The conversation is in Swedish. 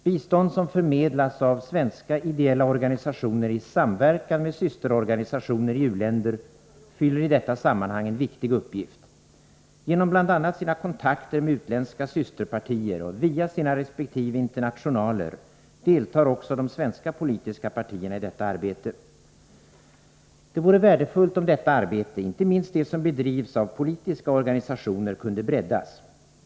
Bistånd som förmedlas av svenska ideella organisationer i samverkan med systerorganisationer i u-länder fyller i detta sammanhang en viktig uppgift. Genom bl.a. sina kontakter med utländska systerpartier och via sina resp. internationaler deltar också de svenska politiska partierna i detta arbete. Det vore värdefullt om detta arbete, inte minst det som bedrivs av politiska organisationer, kunde breddas.